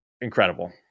incredible